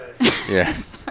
Yes